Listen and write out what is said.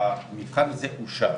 המבחן הזה אושר.